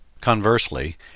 Conversely